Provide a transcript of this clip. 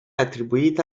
attribuita